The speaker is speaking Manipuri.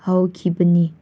ꯍꯧꯈꯤꯕꯅꯤ